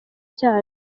cyacu